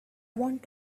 want